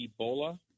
Ebola